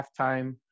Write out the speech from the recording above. halftime